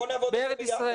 בוא נעבוד על זה ביחד.